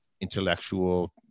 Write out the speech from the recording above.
intellectual